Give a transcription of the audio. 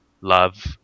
love